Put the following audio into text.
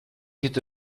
hätte